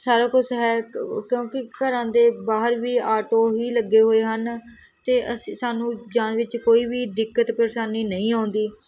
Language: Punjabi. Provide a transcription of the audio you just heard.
ਸਾਰਾ ਕੁਝ ਹੈ ਕਿਉਂ ਕਿਉਂਕਿ ਘਰਾਂ ਦੇ ਬਾਹਰ ਵੀ ਆਟੋ ਹੀ ਲੱਗੇ ਹੋਏ ਹਨ ਅਤੇ ਅਸੀਂ ਸਾਨੂੰ ਜਾਣ ਵਿੱਚ ਕੋਈ ਵੀ ਦਿੱਕਤ ਪਰੇਸ਼ਾਨੀ ਨਹੀਂ ਆਉਂਦੀ